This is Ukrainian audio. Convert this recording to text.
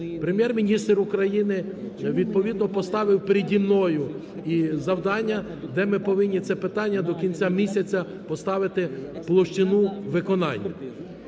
Прем'єр-міністр України відповідно поставив переді мною і завдання, де ми повинні це питання до кінця поставити в площину виконання.